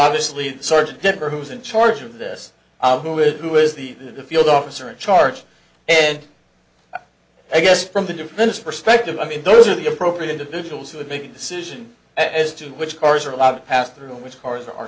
obviously sergeant pepper who's in charge of this who is who is the in the field officer in charge and i guess from the defense perspective i mean those are the appropriate individuals who would make the decision as to which cars are a lot pass through which cars are